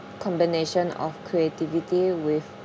combination of creativity with